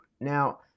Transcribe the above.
Now